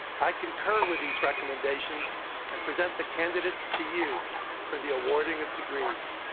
i concur with these recommendations and present the candidates to you for the awarding of degrees.